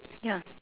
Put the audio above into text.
ya